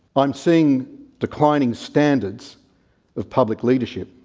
i'm seeing declining standards of public leadership.